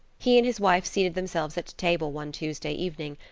he and his wife seated themselves at table one tuesday evening,